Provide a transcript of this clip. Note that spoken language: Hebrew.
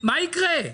מה יקרה?